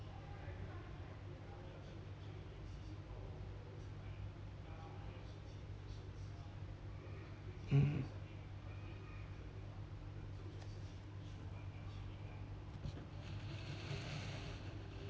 mm